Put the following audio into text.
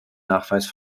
nachweis